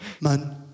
man